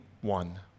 one